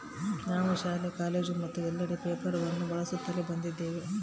ನಾವು ಶಾಲೆ, ಕಾಲೇಜು ಮತ್ತು ಎಲ್ಲೆಡೆ ಪೇಪರ್ ಅನ್ನು ಬಳಸುತ್ತಲೇ ಬಂದಿದ್ದೇವೆ